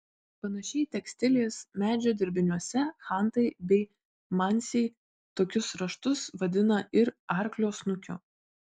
panašiai tekstilės medžio dirbiniuose chantai bei mansiai tokius raštus vadina ir arklio snukiu